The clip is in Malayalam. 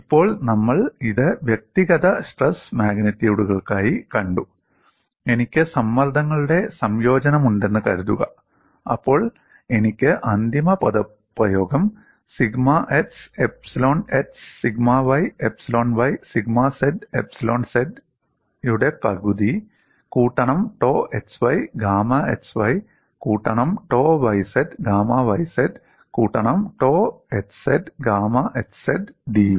ഇപ്പോൾ നമ്മൾ ഇത് വ്യക്തിഗത സ്ട്രെസ് മാഗ്നിറ്റ്യൂഡുകൾക്കായി കണ്ടു എനിക്ക് സമ്മർദ്ദങ്ങളുടെ സംയോജനമുണ്ടെന്ന് കരുതുക അപ്പോൾ എനിക്ക് അന്തിമ പദപ്രയോഗം 'sigma x epsilon x sigma y epsilon y sigma z epsilon z' യുടെ പകുതി കൂട്ടണം ടോ xy ഗാമ xy കൂട്ടണം ടോ yz ഗാമ yz കൂട്ടണം tau xz gamma xz dV